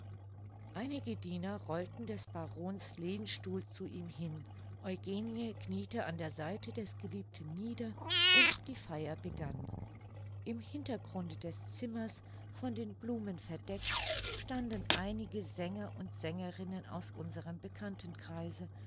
einige diener rollten des barons lehnstuhl zu ihm hin eugenie kniete an der seite des geliebten nieder und die feier begann im hintergrunde des zimmers von den blumen verdeckt standen einige sänger und sängerinnen aus unserem bekanntenkreise